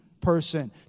person